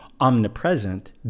omnipresent